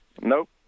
Nope